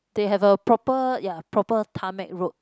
they have a proper ya proper tarmac road